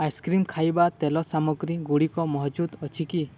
ice cream ଖାଇବା ତେଲ ସାମଗ୍ରୀଗୁଡ଼ିକ ମହଜୁଦ ଅଛି କି